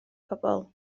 pobl